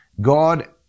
God